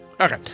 Okay